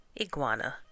Iguana